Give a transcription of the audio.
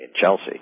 Chelsea